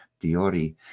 Diori